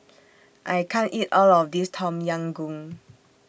I can't eat All of This Tom Yam Goong